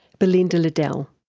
belinda liddell.